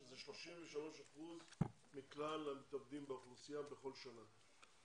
שזה 33% מכלל המתאבדים באוכלוסייה בכל שנה,